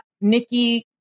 Nikki